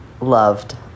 loved